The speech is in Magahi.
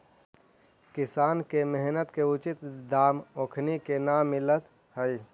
किसान के मेहनत के उचित दाम ओखनी के न मिलऽ हइ